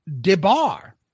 debar